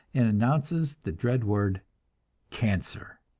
and announces the dread word cancer.